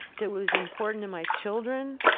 that was important to my children?